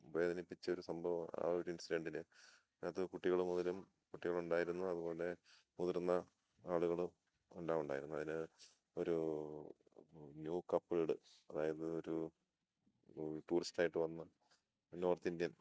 വേദനിപ്പിച്ച ഒരു സംഭവം ആ ഒരു ഇൻസിഡൻ്റിന് അത് കുട്ടികൾ മുതൽ കുട്ടികൾ ഉണ്ടായിരുന്നു അതുപോലെ മുതിർന്ന ആളുകൾ ഉണ്ടാവണായിരുന്നു അതിന് ഒരു ന്യൂ കപ്പിൾഡ് അതായത് ഒരു ടൂറിസ്റ്റ് ആയിട്ട് വന്ന നോർത്ത് ഇന്ത്യൻ